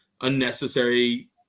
unnecessary